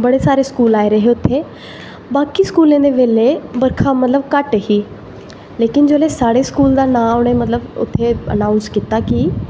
बड़े सारे स्कूल आए दे हे उत्थें बाकी स्कूलेंदे बेल्ले मतलव बरखा घट्ट ही जिसले साढ़े स्कूल दा मतलव नांऽ उनें उत्थें अनाउंस कीता कि